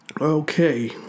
Okay